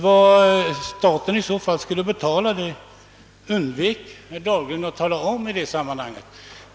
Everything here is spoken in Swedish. Vad staten i så fall skulle betala undvek herr Dahlgren att tala om i sammanhanget.